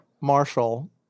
Marshall